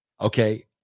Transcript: Okay